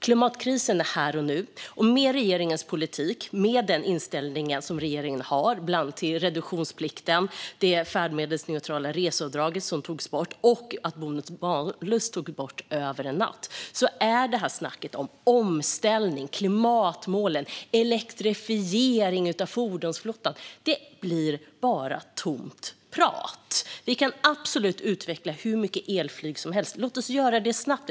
Klimatkrisen är här och nu, och med tanke på regeringens politik, dess inställning till bland annat reduktionsplikten, att det färdmedelsneutrala reseavdraget togs bort och att bonus malus togs bort över en natt är snacket om omställning, klimatmål och elektrifiering av fordonsflottan bara tomt prat. Vi kan utveckla hur mycket elflyg som helst - låt oss göra det snabbt!